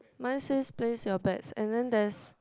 mine says place your bets and then there's